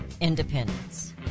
independence